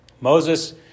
Moses